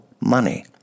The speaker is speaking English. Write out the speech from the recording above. money